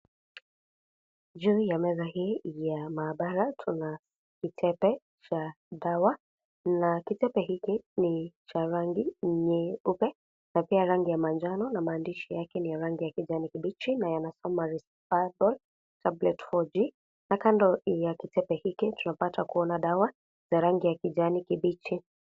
Juu ya meza hii ya maabara, tuna kitepe cha dawa na kitepe hiki ni cha rangi nyeupe na pia rangi ya manjano na maandishi yake ni rangi ya kijani kibichi na yanasoma (cs)Risperidone tablet 4D(cs) na kando ya kitepe hiki tunapata kuona dawa za rangi ya kijani kibichi.